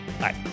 Bye